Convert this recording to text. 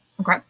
Okay